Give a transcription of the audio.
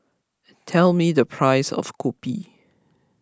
tell me the price of Kopi